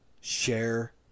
share